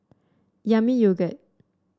Yami Yogurt